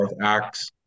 acts